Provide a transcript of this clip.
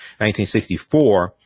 1964